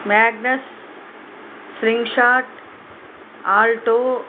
Magnus Alto